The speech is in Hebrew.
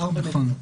על ארבע מדינות.